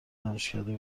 دانشکده